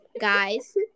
Guys